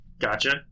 Gotcha